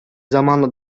zamanla